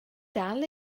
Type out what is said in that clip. dal